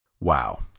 wow